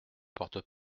porte